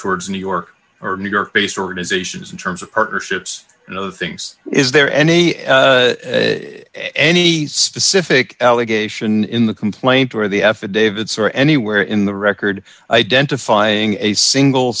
towards new york or new york based organizations in terms of partnerships and other things is there any in any specific allegation in the complaint or the f a david sore anywhere in the record identifying a single